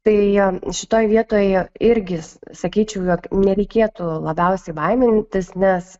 tai šitoj vietoj irgi sakyčiau jog nereikėtų labiausiai baimintis nes